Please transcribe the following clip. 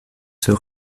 zur